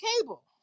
cable